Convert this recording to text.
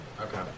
Okay